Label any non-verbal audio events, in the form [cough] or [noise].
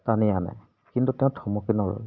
টান আনে কিন্তু তেওঁ [unintelligible]